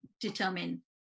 determine